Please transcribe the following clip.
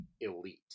elite